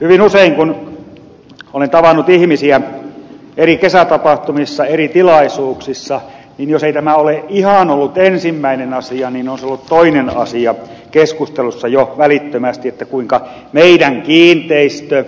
hyvin usein kun olen tavannut ihmisiä eri kesätapahtumissa eri tilaisuuksissa niin jos tämä ei ole ihan ollut ensimmäinen asia niin on se ollut toinen asia keskustelussa jo välittömästi kuinka paljon meidän kiinteistöön